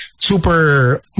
super